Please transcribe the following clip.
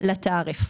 לתעריף.